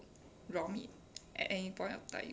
raw meat at any point of time